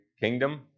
kingdom